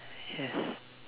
yes